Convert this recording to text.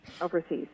Overseas